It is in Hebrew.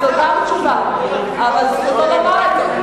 גם זאת תשובה, אבל זכותו לומר את זה.